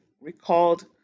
recalled